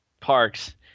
parks